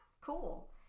Cool